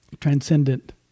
transcendent